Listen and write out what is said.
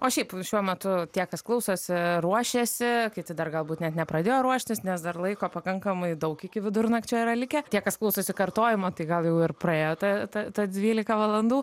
o šiaip šiuo metu tie kas klausosi ruošiasi kiti dar galbūt net nepradėjo ruoštis nes dar laiko pakankamai daug iki vidurnakčio yra likę tie kas klausosi kartojimo tai gal jau ir praėjo ta ta ta dvylika valandų